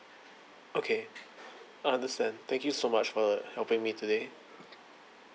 okay I understand thank you so much for helping me today